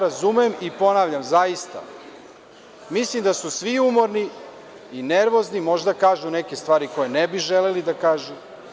Razumem, i ponavljam, zaista, mislim da su svi umorni i nervozni, možda kažu neke stvari koje ne bi želeli da kažu.